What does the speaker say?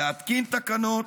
להתקין תקנות.